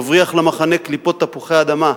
מבריח למחנה קליפות תפוחי אדמה,